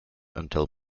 until